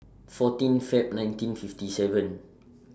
fourteen Feb nineteen fifty seven